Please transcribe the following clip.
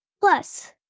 Plus